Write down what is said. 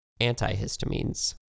Antihistamines